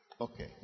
Okay